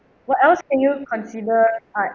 what else can you consider art